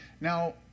Now